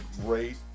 great